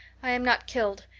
i am not killed,